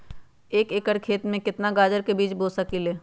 एक एकर खेत में केतना गाजर के बीज बो सकीं ले?